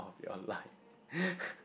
of your life